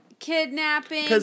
Kidnapping